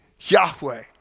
Yahweh